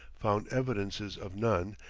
found evidences of none,